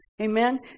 Amen